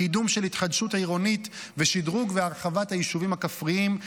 קידום של התחדשות עירונית ושדרוג והרחבת היישובים הכפריים,